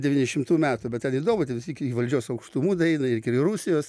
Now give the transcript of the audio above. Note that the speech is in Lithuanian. devyni šimtų metų bet ten įdomu iki valdžios aukštumų daeina ir iki rusijos